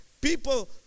People